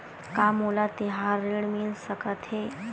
का मोला तिहार ऋण मिल सकथे?